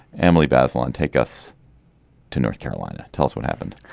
emily bazelon take us to north carolina. tell us what happened